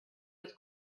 was